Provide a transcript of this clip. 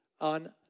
on